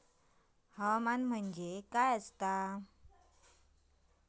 हवामान म्हणजे काय असता?